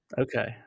okay